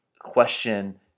question